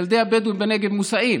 ילדי הבדואים בנגב מוסעים.